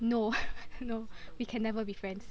no no we can never be friends